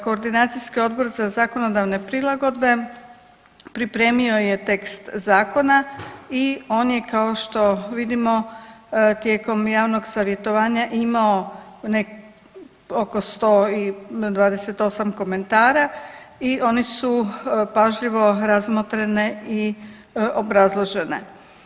Koordinacijski odbor za zakonodavne prilagodbe pripremio je tekst zakona i on je kao što vidimo tijekom javnog savjetovanja imao oko 128 komentara i oni su pažljivo razmotrene i obrazložene.